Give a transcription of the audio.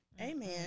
Amen